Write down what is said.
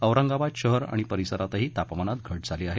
औरंगाबाद शहर आणि परिसरातही तापमानात घट झाली आहे